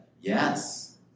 yes